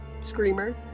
Screamer